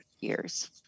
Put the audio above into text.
years